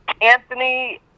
Anthony